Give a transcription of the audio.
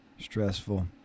Stressful